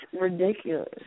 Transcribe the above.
ridiculous